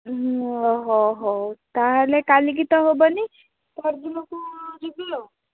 ହଁ ହଉ ହଉ ତା'ହେଲେ କାଲିକି ତ ହେବନି ପହର ଦିନକୁ ଯିବି ଆଉ